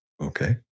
Okay